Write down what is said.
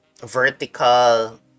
vertical